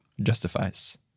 justifies